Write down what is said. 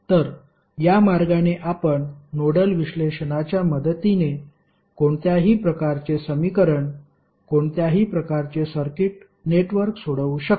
तर या मार्गाने आपण नोडल विश्लेषणाच्या मदतीने कोणत्याही प्रकारचे समीकरण कोणत्याही प्रकारचे सर्किट नेटवर्क सोडवू शकतो